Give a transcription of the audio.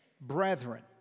brethren